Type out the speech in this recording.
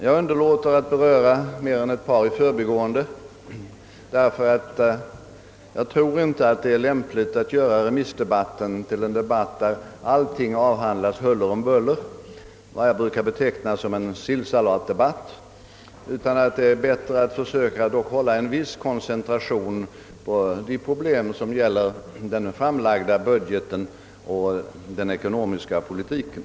Jag berör bara ett par utrikesfrågor i förbigående. Jag anser det nämligen inte lämpligt att göra remissdebatten till en debatt där allting avhandlas huller om buller och brukar betecknas som en sillsallad-debatt. Det är bättre om vi försöker i huvudsak koncentrera debatten på de problem som gäller den framlagda budgeten och den ekonomiska politiken.